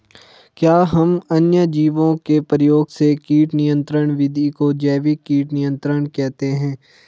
क्या हम अन्य जीवों के प्रयोग से कीट नियंत्रिण विधि को जैविक कीट नियंत्रण कहते हैं?